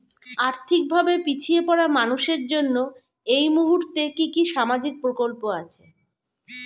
আর্থিক ভাবে পিছিয়ে পড়া মানুষের জন্য এই মুহূর্তে কি কি সামাজিক প্রকল্প আছে?